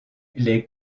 les